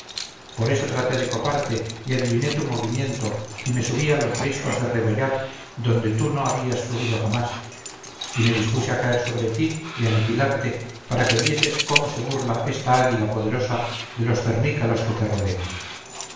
por eso traté de coparte y adiviné tu movimiento y me subí a los riscos de rebollar donde tú no habías subido jamás y me dispuse a caer sobre ti y aniquilarte para que vieses cómo se burla esta águila poderosa de los cernícalos que te rodean